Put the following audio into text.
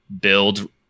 build